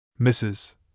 Mrs